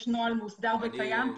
יש נוהל מוסדר וקיים.